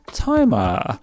timer